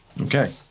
Okay